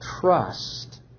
trust